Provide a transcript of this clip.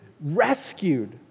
rescued